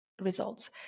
results